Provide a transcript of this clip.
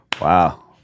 wow